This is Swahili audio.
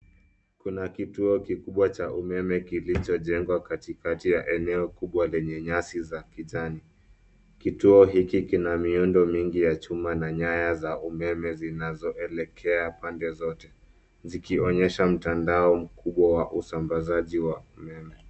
Kuna kituo kikubwa cha umeme kilichojengwa katikati ya eneo kubwa lenye nyasi za kijani. Kituo hiki Kuna miundo mingi ya chuma na nyaya za umeme zinazoelekea pande zote .Zikionyesha mtandao mkubwa wa usambazaji wa umeme.